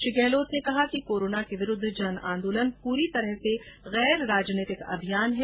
श्री गहलोत ने कहा कि कोरोना के विरूद्ध जन आंदोलन ँ प्री तरह से गैर राजनैतिक अभियान है